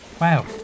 Wow